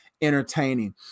entertaining